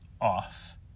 off